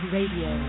Radio